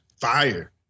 Fire